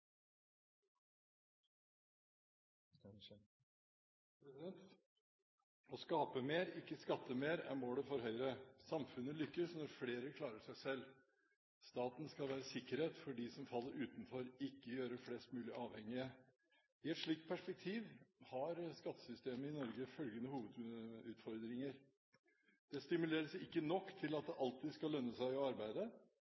Å skape mer, ikke skatte mer, er målet for Høyre. Samfunnet lykkes når flere klarer seg selv. Staten skal være sikkerhet for dem som faller utenfor, ikke gjøre flest mulig avhengige. I et slikt perspektiv har skattesystemet i Norge følgende hovedutfordringer: Det stimulerer ikke nok til at det